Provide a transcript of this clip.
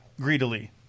greedily